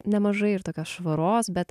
nemažai ir tokios švaros bet